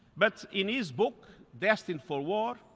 but in his book destined for war,